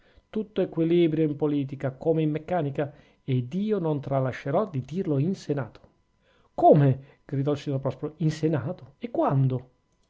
tutto è equilibrio in politica come in meccanica ed io non tralascerò di dirlo in senato come gridò il signor prospero in senato e quando